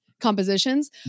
compositions